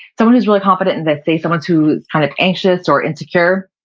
someone who's really confident and say someone who is kind of anxious or insecure,